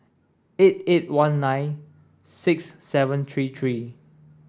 eight eight one nine six seven three three